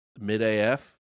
mid-AF